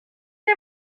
des